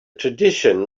tradition